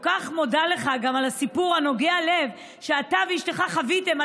אני כל כך מודה לך גם על הסיפור הנוגע ללב שאתה ואשתך חוויתם.